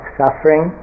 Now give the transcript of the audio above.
suffering